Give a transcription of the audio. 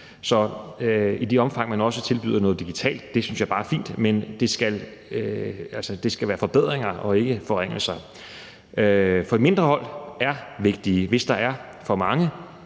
Så i det omfang man også tilbyder noget digitalt, synes jeg bare, det er fint, men det skal være forbedringer og ikke forringelser, for mindre hold er vigtige. Hvis der er for mange,